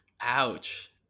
Ouch